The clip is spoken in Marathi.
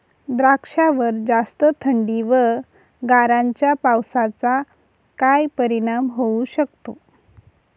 द्राक्षावर जास्त थंडी व गारांच्या पावसाचा काय परिणाम होऊ शकतो?